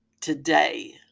today